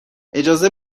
اجازه